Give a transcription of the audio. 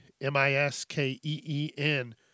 M-I-S-K-E-E-N